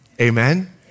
Amen